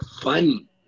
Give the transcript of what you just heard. fun